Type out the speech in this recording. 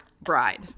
bride